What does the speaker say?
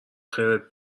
خیرت